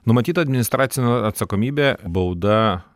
numatyta administracinė atsakomybė bauda